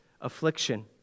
affliction